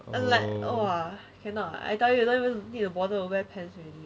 and like !wah! cannot I tell you don't even need to bother to wear pants already